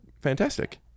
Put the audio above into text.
Fantastic